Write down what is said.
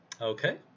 Okay